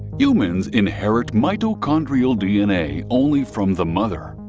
humans inherit mitochondrial dna only from the mother.